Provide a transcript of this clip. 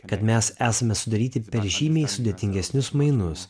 kad mes esame sudaryti per žymiai sudėtingesnius mainus